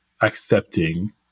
accepting